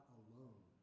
alone